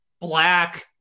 black